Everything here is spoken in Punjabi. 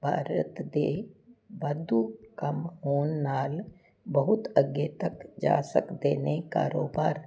ਭਾਰਤ ਦੇ ਵਾਧੂ ਕੰਮ ਆਉਣ ਨਾਲ ਬਹੁਤ ਅੱਗੇ ਤੱਕ ਜਾ ਸਕਦੇ ਨੇ ਕਾਰੋਬਾਰ